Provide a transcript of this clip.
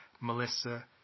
Melissa